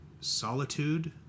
solitude